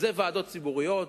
זה ועדות ציבוריות,